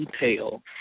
detail